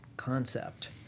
concept